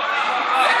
בעד,